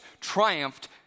triumphed